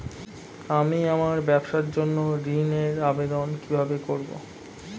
আমি আমার ব্যবসার জন্য ঋণ এর আবেদন কিভাবে করব?